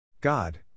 God